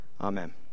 Amen